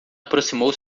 aproximou